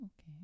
okay